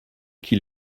qui